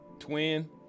twin